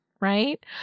right